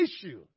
issue